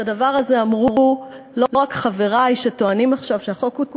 את הדבר הזה אמרו לא רק חברי שטוענים עכשיו שהחוק הוא טוב,